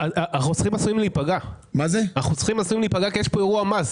החוסכים עשויים להיפגע, כי יש פה אירוע מס.